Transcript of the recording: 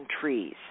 trees